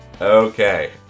Okay